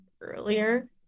earlier